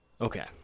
Okay